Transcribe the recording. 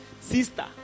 sister